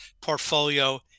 portfolio